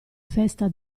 festa